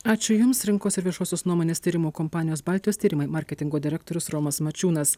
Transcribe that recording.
ačiū jums rinkos ir viešosios nuomonės tyrimų kompanijos baltijos tyrimai marketingo direktorius romas mačiūnas